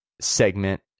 segment